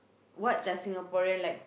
what does Singaporean like